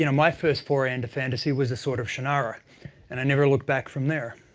you know my first foray into fantasy was the sword of shannara and i never looked back from there.